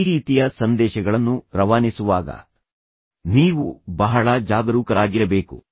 ಈ ರೀತಿಯ ಸಂದೇಶಗಳನ್ನು ರವಾನಿಸುವಾಗ ನೀವು ಬಹಳ ಜಾಗರೂಕರಾಗಿರಬೇಕು